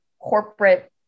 corporate